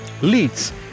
leads